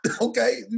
Okay